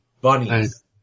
Bunnies